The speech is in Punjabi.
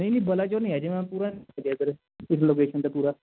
ਨਹੀਂ ਨਹੀਂ ਬਲਾਚੋਰ ਨਹੀਂ ਹੈ ਜੀ ਮੈਂ ਪੂਰਾ ਇਸ ਲੋਕੇਸ਼ਨ 'ਤੇ ਪੂਰਾ